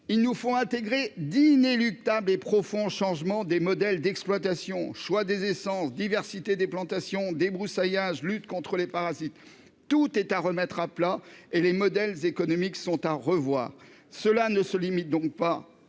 Il nous faut intégrer des changements inéluctables et profonds aux modèles d'exploitation : choix des essences, diversité des plantations, débroussaillage ou encore lutte contre les parasites. Tout est à remettre à plat et les modèles économiques sont à revoir. Cela ne se limite donc pas